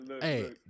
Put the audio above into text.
Hey